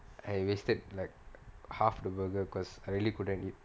I wasted like half the burger because I really couldn't eat